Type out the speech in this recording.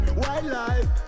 wildlife